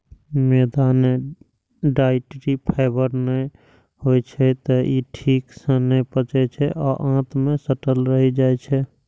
मैदा मे dietary fibre नै होइ छै, तें ई ठीक सं नै पचै छै आ आंत मे सटल रहि जाइ छै